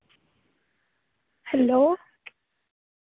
hello